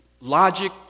logic